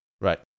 Right